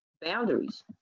boundaries